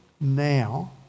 now